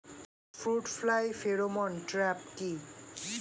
Fruit fly pheromone trap কি?